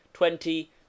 Twenty